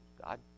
God